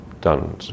done